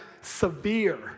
severe